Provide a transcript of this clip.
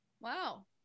Wow